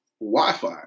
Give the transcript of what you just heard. Wi-Fi